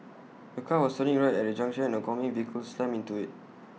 A car was turning right at A junction and an oncoming vehicle slammed into IT